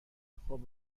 خوب